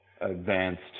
advanced